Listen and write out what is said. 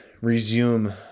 resume